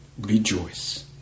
rejoice